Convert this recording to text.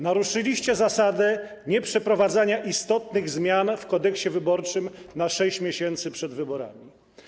Naruszyliście zasadę nieprzeprowadzania istotnych zmian w Kodeksie wyborczym na 6 miesięcy przed wyborami.